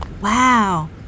Wow